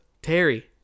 Terry